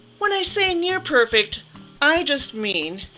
when i say near-perfect i just mean